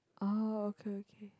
oh okay okay